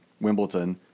Wimbledon